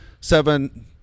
seven